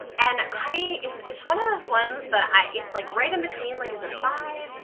and i, it's it's one of those ones that i, it's like right in between. like is it a five,